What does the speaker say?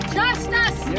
justice